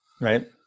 Right